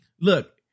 look